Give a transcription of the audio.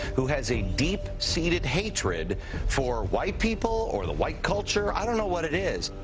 who has a deep-seated hatred for white people or the white culture, i don't know what it is.